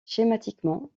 schématiquement